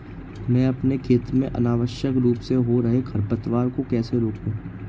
मैं अपने खेत में अनावश्यक रूप से हो रहे खरपतवार को कैसे रोकूं?